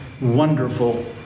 wonderful